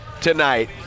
tonight